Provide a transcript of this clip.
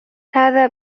هذا